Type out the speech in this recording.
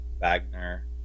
Wagner